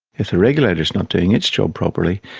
if the regulator is not doing its job properly,